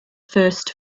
first